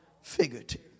figurative